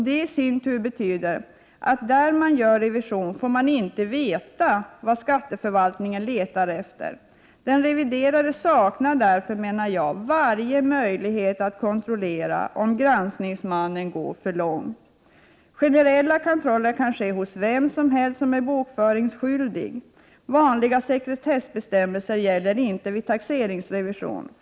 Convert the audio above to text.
Det i sin tur betyder att där revision sker får man inte veta vad skatteförvaltningen letar efter. Den reviderade saknar därför, menar jag, varje möjlighet att kontrollera om granskningsmannen går för långt. Generella kontroller kan ske hos vem som helst som är bokföringsskyldig. Vanliga sekretessbestämmelser gäller inte vid taxeringsrevision.